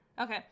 okay